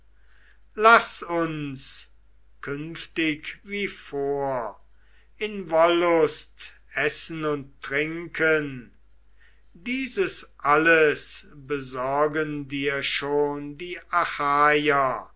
laß uns künftig wie vor in wollust essen und trinken dieses alles besorgen dir schon die